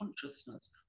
consciousness